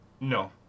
no